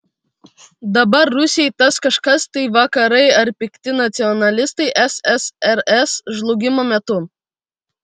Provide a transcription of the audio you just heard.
dabar rusijai tas kažkas tai vakarai ar pikti nacionalistai ssrs žlugimo metu